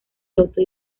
loto